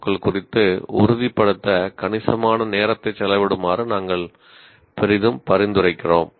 ஓக்கள் குறித்து உறுதிப்படுத்த கணிசமான நேரத்தை செலவிடுமாறு நாங்கள் பெரிதும் பரிந்துரைக்கிறோம்